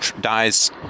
dies